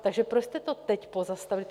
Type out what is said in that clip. Takže proč jste to teď pozastavili?